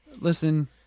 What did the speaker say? listen